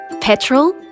petrol